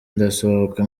ndasohoka